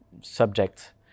subject